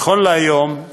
נכון להיום,